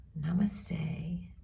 namaste